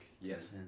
Yes